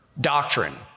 doctrine